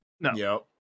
No